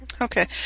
Okay